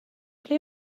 ble